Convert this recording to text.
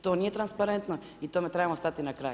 To nije transparentno, i tome trebamo stati na kraj.